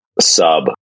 sub